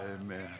Amen